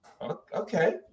okay